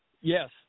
Yes